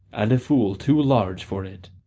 and a fool too large for it.